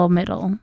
middle